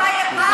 אני ביקשתי,